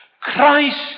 Christ